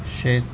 shake